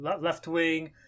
left-wing